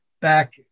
back